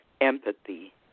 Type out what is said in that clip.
empathy